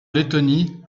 lettonie